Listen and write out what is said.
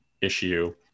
issue